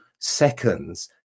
seconds